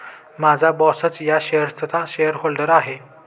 माझा बॉसच या शेअर्सचा शेअरहोल्डर आहे